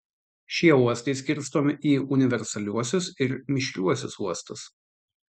šie uostai skirstomi į universaliuosius ir mišriuosius uostus